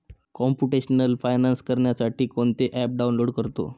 computational finance करण्यासाठी कोणते app download करतो